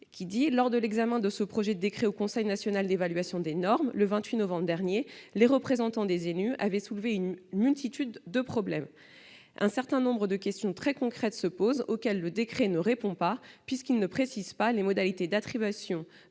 ceci :« Lors de l'examen de ce projet de décret au Conseil national d'évaluation des normes, le 28 novembre dernier, les représentants des élus avaient soulevé une multitude de problèmes. [...] Un certain nombre de questions très concrètes se posent, auxquelles le décret ne répond pas, puisqu'il ne précise pas les modalités d'attribution